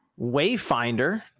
wayfinder